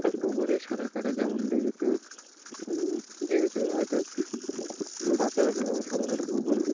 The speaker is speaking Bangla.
পুকুরে সাঁতার কাটার যেমন দেখেছো দেখেছো হয়তো বাচ্চারা যেভাবে সাঁতার কাটে পুকুরে